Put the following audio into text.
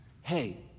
hey